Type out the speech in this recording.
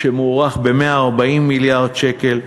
שמוערך ב-140 מיליארד שקל,